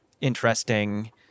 interesting